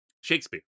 Shakespeare